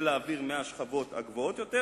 זה להעביר מהשכבות הגבוהות יותר